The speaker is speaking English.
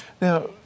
Now